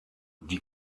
die